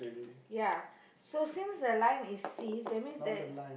ya so since the line is ceased that means that